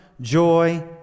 joy